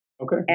Okay